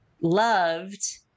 loved